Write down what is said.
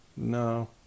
No